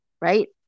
right